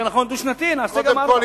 קודם כול,